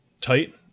tight